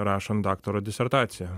rašant daktaro disertaciją